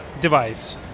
device